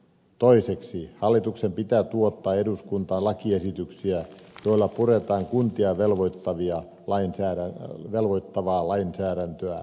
toiseksi hallituksen pitää tuottaa eduskuntaan lakiesityksiä joilla puretaan kuntia velvoittavaa lainsäädäntöä